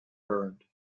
burned